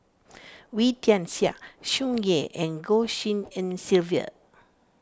Wee Tian Siak Tsung Yeh and Goh Tshin En Sylvia